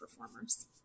performers